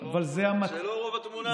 זה לא רוב התמונה.